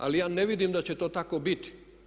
Ali ja ne vidim da će to tako biti!